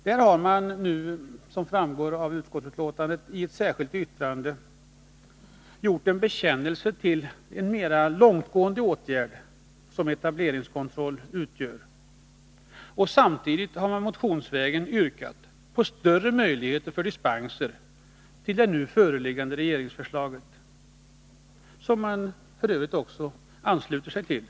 Där har man, såsom framgår av betänkandet, i ett särskilt yttrande gjort en bekännelse till den mera långtgående åtgärd som etableringskontroll utgör, och samtidigt har man motionsvägen yrkat på större möjligheter för dispenser i anslutning till det nu föreliggande regeringsförslaget, som man i Nr 106 Övrigt ansluter sig till.